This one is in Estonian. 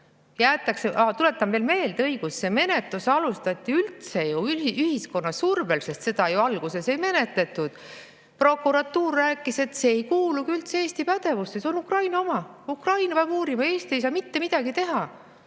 tuletan veel meelde, et seda menetlust alustati üldse ühiskonna survel, sest alguses seda ju ei menetletud. Prokuratuur rääkis, et see ei kuulugi üldse Eesti pädevusse, see on Ukraina [teha]. Ukraina peab uurima, Eesti ei saa mitte midagi teha.